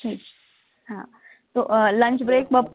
ઠીક છે હા તો લન્ચ બ્રેક બપ